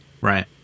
Right